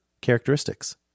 characteristics